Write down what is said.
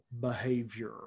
behavior